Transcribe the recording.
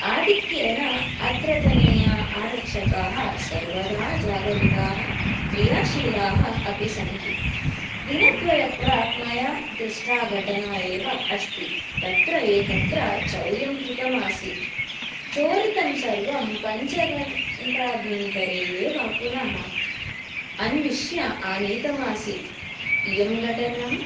आधिक्येन अत्रतनीया आरक्षकाः सर्वदा जागरिताः क्रियाशीलाः अपि सन्ति दिनद्वयात् प्राक् मया दृष्टा घटना एव अस्ति तत्र एकत्र चौर्यं कृतम् आसीत् चोरितं सर्वं पञ्चघण्टाभ्यन्तरे एव पुनः अन्विष्य आनीतम् आसीत् इयं घटना